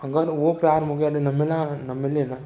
अगरि उहो प्यारु मूंखे अॼु न मिले हा न मिले न